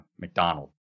McDonald